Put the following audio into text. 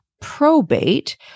probate